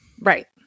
Right